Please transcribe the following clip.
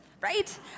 right